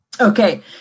Okay